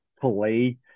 play